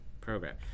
program